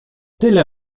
tyle